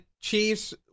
Chiefs